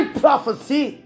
prophecy